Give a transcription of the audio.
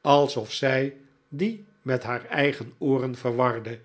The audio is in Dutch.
alsof zij die met haar eigen ooren verwarde